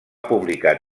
publicar